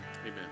Amen